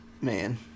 Man